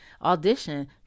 audition